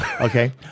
Okay